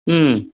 ಹ್ಞೂ